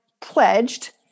pledged